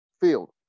field